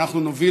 ואנחנו נוביל,